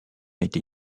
été